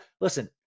listen